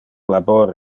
labor